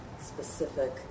specific